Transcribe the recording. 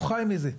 הוא חי מזה.